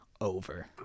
over